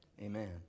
Amen